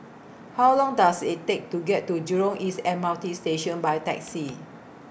How Long Does IT Take to get to Jurong East M R T Station By Taxi